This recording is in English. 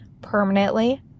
permanently